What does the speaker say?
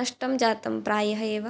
नष्टं जातं प्रायः एव